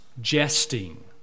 jesting